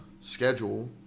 schedule